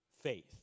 faith